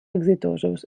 exitosos